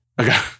Okay